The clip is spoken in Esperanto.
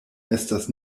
estas